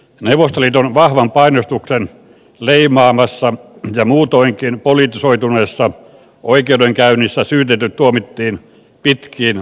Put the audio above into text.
neuvostoliiton vahvan painostuksen leimaamassa ja muutoinkin politisoituneessa oikeudenkäynnissä syytetyt tuomittiin pitkiin vapausrangaistuksiin